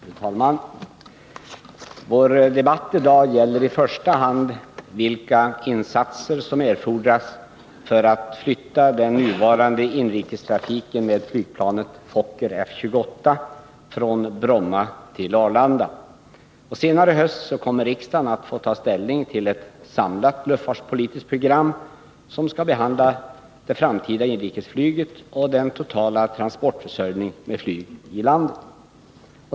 Fru talman! Vår debatt i dag gäller i första hand vilka insatser som erfordras för att flytta den nuvarande inrikestrafiken med flygplanet Fokker F-28 från Bromma till Arlanda. Senare i höst kommer riksdagen att få ta ställning till ett samlat luftfartspolitiskt program, som skall behandla det framtida inrikesflyget och den totala transportförsörjningen med flyg i landet.